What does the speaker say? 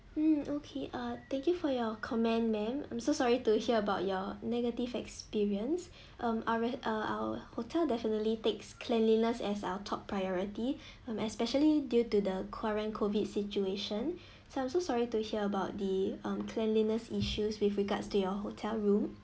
mm okay uh thank you for your comment ma'am I'm so sorry to hear about your negative experience um our uh our hotel definitely takes cleanliness as our top priority especially due to the current COVID situation so I'm so sorry to hear about the um cleanliness issues with regards to your hotel room